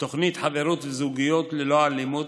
תוכנית "חברות וזוגיות ללא אלימות",